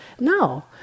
No